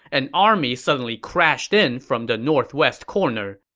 an army suddenly crashed in from the northwest corner.